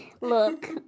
Look